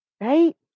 right